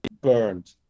burned